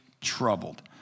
troubled